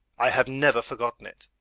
i have never forgotten it.